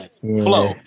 Flow